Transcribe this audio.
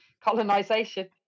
colonization